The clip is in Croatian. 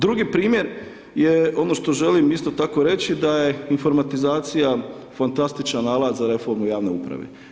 Drugi primjer je ono što želim isto tako reći da je informatizacija fantastičan alat za reformu javne uprave.